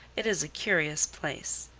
it is a curious place.